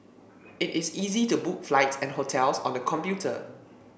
it is easy to book flights and hotels on the computer